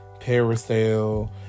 parasail